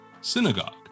synagogue